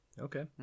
okay